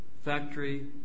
factory